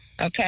Okay